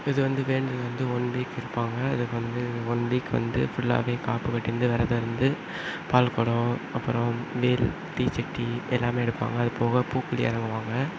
இது வந்து வேண்டுதல் வந்து ஒன் வீக் இருப்பாங்க அதுக்கு வந்து ஒன் வீக் வந்து ஃபுல்லாகவே காப்பு கட்டியிருந்து விரதோம் இருந்து பால் குடோம் அப்புறோம் வேல் தீச்செட்டி எல்லாமே எடுப்பாங்க அதுபோக பூக்குழி இறங்குவாங்க